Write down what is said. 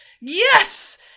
yes